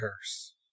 curse